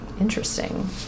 interesting